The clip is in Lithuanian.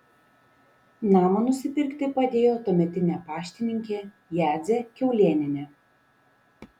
namą nusipirkti padėjo tuometinė paštininkė jadzė kiaulėnienė